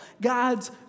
God's